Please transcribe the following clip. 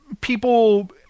people